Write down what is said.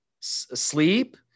sleep